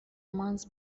months